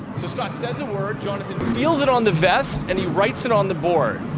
so scott says a word, jonathan feels it on the vest, and he writes it on the board.